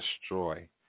destroy